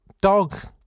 dog